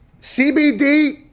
CBD